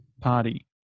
party